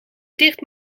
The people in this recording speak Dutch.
dicht